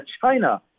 china